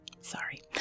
Sorry